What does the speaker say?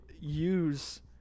use